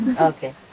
Okay